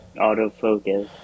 autofocus